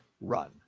run